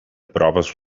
proves